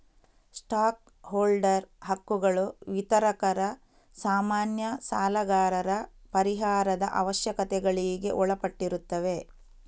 stock holder ಹಕ್ಕುಗಳು ವಿತರಕರ, ಸಾಮಾನ್ಯ ಸಾಲಗಾರರ ಪರಿಹಾರದ ಅವಶ್ಯಕತೆಗಳಿಗೆ ಒಳಪಟ್ಟಿರುತ್ತವೆ